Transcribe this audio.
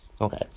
Okay